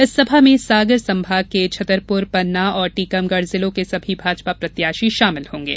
इस सभा में सागर संभाग के छतरपुर पन्ना और टीकमगढ़ जिलों के सभी भाजपा प्रत्याशी शामिल होगें